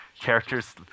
characters